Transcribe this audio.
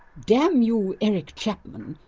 damn you eric chapman,